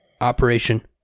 Operation